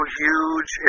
huge